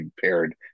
paired